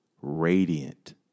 radiant